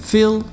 Veel